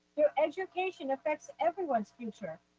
your education affects everyone's future.